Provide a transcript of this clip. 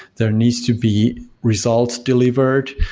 there needs to be results delivered.